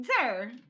sir